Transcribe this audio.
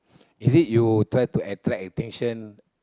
is it you try to attraction attention